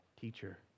teacher